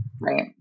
Right